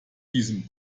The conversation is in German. diesem